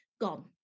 gone